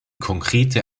konkrete